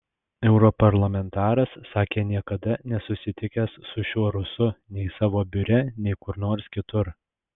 europarlamentaras sakė niekada nesusitikęs su šiuo rusu nei savo biure nei kur nors kitur